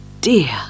dear